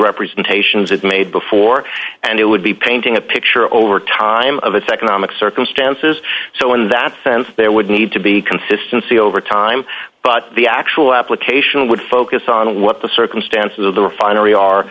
representations it made before and it would be painting a picture over time of its economic circumstances so in that sense there would need to be consistency over time but the actual application would focus on what the circumstances of the refinery are